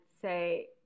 say